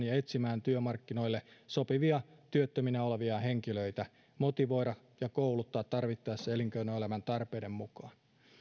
ja etsimään työmarkkinoille sopivia työttöminä olevia henkilöitä motivoimaan ja kouluttamaan tarvittaessa elinkeinoelämän tarpeiden mukaan